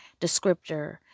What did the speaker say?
descriptor